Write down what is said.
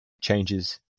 changes